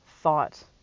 thought